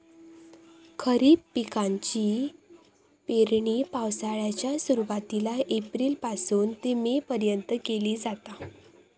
खरीप पिकाची पेरणी पावसाळ्याच्या सुरुवातीला एप्रिल पासून ते मे पर्यंत केली जाता